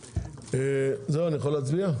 זהו, אני יכול להצביע?